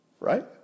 Right